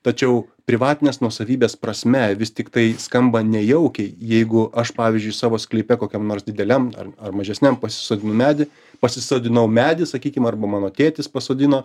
tačiau privatinės nuosavybės prasme vis tiktai skamba nejaukiai jeigu aš pavyzdžiui savo sklype kokiam nors dideliam ar ar mažesniam pasisodinu medį pasisodinau medį sakykim arba mano tėtis pasodino